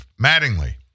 Mattingly